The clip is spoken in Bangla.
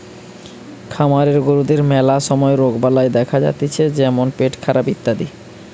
খামারের গরুদের ম্যালা সময় রোগবালাই দেখা যাতিছে যেমন পেটখারাপ ইত্যাদি